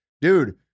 dude